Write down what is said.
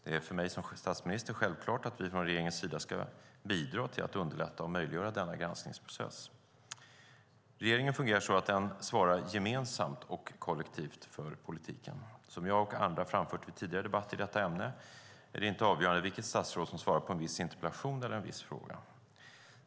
Det är för mig som statsminister självklart att vi från regeringens sida ska bidra till att underlätta och möjliggöra denna granskningsprocess. Regeringen fungerar så att den svarar gemensamt och kollektivt för politiken. Som jag och andra framfört vid tidigare debatter i detta ämne är det inte avgörande vilket statsråd som svarar på en viss interpellation eller en viss fråga.